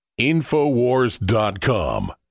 InfoWars.com